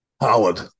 Howard